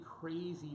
crazy